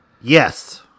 Yes